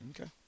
Okay